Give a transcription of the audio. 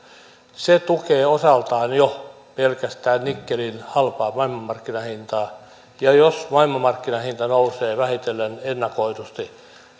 se tukee osaltaan jo pelkästään nikkelin halpaa maailmanmarkkinahintaa ja jos maailmanmarkkinahinta nousee vähitellen ennakoidusti